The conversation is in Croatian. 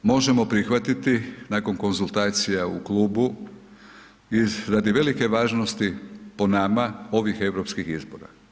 Možemo prihvatiti nakon konzultacija u klubu, radi velike važnosti po nama, ovih europskih izbora.